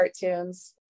cartoons